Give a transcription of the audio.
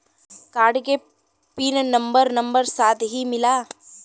Card के pin number number साथही मिला?